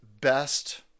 best